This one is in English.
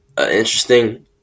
interesting